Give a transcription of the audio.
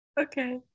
Okay